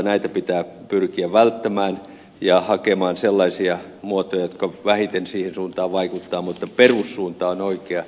näitä pitää pyrkiä välttämään ja hakemaan sellaisia muotoja jotka vähiten siihen suuntaan vaikuttavat mutta perussuunta on oikea